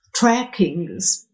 trackings